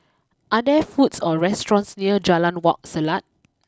are there food or restaurants near Jalan Wak Selat